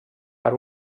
per